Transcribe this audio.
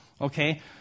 Okay